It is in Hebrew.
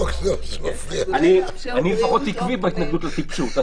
אני לפחות עקבי בהתנגדות לטיפשות.